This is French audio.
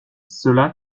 cela